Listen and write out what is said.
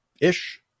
ish